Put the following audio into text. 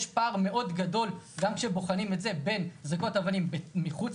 יש פער מאוד גדול גם כשבוחנים את זה בין זריקות אבנים מחוץ